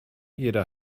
jeder